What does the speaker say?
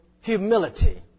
humility